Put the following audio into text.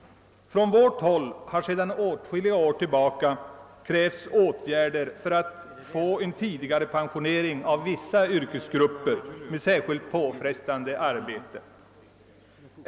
Från vårt håll har sedan åtskilliga år tillbaka krävts åtgärder för att en tidigare pensionering av vissa yrkesgrupper med särskilt påfrestande arbete skulle kunna genomföras.